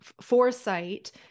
foresight